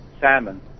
salmon